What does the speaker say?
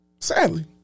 Sadly